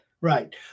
Right